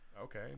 okay